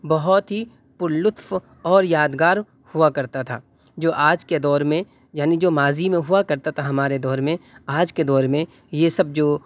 بہت ہی پر لطف اور یادگار ہوا کرتا تھا جب آج کے دور میں یعنی جو ماضی میں ہوا کرتا تھا ہمارے دور میں آج کے دور میں یہ سب جو